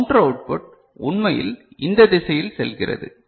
counter output உண்மையில் இந்த திசையில் செல்கிறது